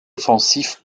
offensif